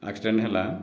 accident ହେଲା